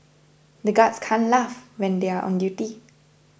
the guards can't laugh when they are on duty